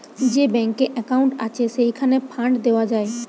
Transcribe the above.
যে ব্যাংকে একউন্ট আছে, সেইখানে ফান্ড দেওয়া যায়